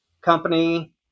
company